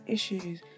Issues